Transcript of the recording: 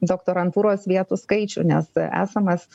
doktorantūros vietų skaičių nes esamas